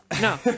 No